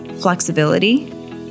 flexibility